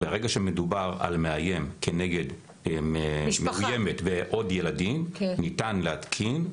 ברגע שמדובר על מאיים כנגד מאוימת ועוד ילדים ניתן להתקין,